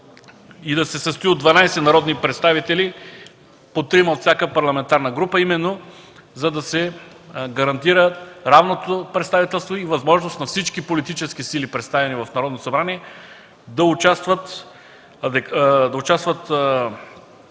и да се състои от 12 народни представители – по трима от всяка парламентарна група, именно за да се гарантира равното представителство и възможност на всички политически сили представени в Народното събрание, да участват